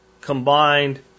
combined